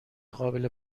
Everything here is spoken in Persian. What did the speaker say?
قابل